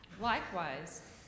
Likewise